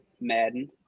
Madden